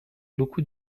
beaucoup